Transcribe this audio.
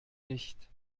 nicht